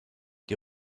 die